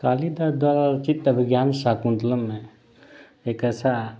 कालिदास द्वारा रचित अभिज्ञान शाकुंतलम में एक ऐसा